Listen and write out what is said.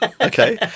Okay